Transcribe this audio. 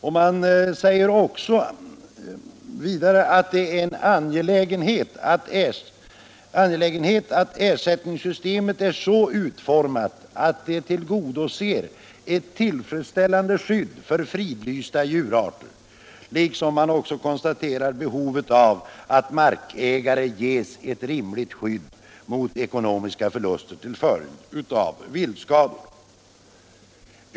Utskottet säger vidare att det är angeläget att ersättningssystemet är så utformat att det tillgodoser intresset av ett tillfredsställande skydd för fridlysta djurarter liksom utskottet också konstaterar behovet av att markägare ges ett rimligt skydd mot ekonomiska förluster till följd av viltskador.